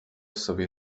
sobie